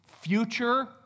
future